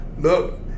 look